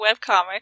webcomic